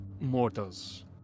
mortals